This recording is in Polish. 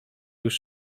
już